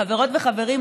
חברות וחברים,